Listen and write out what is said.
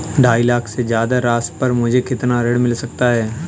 ढाई लाख से ज्यादा राशि पर मुझे कितना ऋण मिल सकता है?